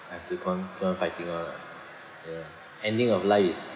I have to con~ go on fighting [one] ah ya ending of life is